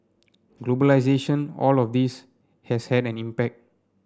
globalisation all of this has had an impact